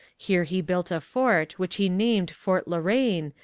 here he built a fort, which he named fort la reine,